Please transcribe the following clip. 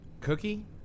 Cookie